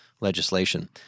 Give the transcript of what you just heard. legislation